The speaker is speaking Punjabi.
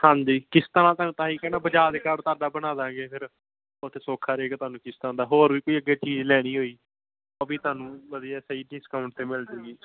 ਹਾਂਜੀ ਕਿਸ਼ਤਾਂ ਤਾਂ ਤਾਂ ਹੀ ਕਹਿੰਦਾ ਬਜਾਜ ਕਾਰਡ ਤੁਹਾਡਾ ਬਣਾ ਦਾਂਗੇ ਫਿਰ ਉੱਥੇ ਸੌਖਾ ਹਰੇਕ ਤੁਹਾਨੂੰ ਕਿਸ਼ਤਾਂ ਦਾ ਹੋਰ ਵੀ ਅੱਗੇ ਚੀਜ਼ ਲੈਣੀ ਹੋਈ ਉਹ ਵੀ ਤੁਹਾਨੂੰ ਵਧੀਆ ਸਹੀ ਡਿਸਕਾਊਂਟ 'ਤੇ ਮਿਲ ਜਾਵੇਗੀ